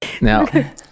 Now